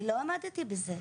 אני לא עמדתי בזה,